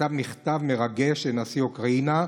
שכתב מכתב מרגש לנשיא אוקראינה,